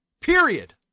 Period